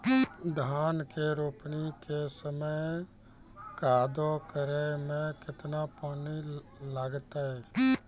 धान के रोपणी के समय कदौ करै मे केतना पानी लागतै?